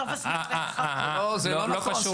לא נכון, זה פשוט לא נכון.